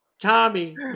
Tommy